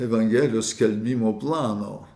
evangelijos skelbimo plano